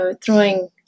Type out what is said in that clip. throwing